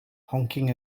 honking